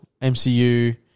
MCU